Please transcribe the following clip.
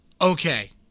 Okay